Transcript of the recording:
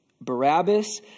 Barabbas